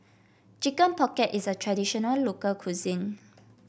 Chicken Pocket is a traditional local cuisine